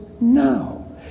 now